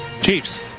Chiefs